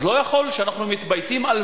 ואז לא יכול להיות שאנחנו מתבייתים על